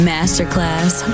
Masterclass